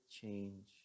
change